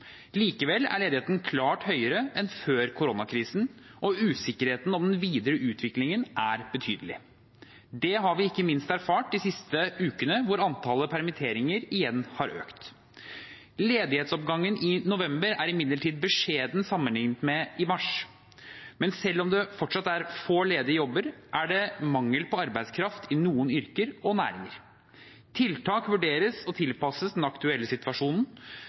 Likevel er ledigheten klart høyere enn før koronakrisen, og usikkerheten om den videre utviklingen er betydelig. Det har vi ikke minst erfart de siste ukene, hvor antallet permitteringer igjen har økt. Ledighetsoppgangen i november er imidlertid beskjeden sammenliknet med i mars. Men selv om det fortsatt er få ledige jobber, er det mangel på arbeidskraft i noen yrker og næringer. Tiltak vurderes og tilpasses den aktuelle situasjonen.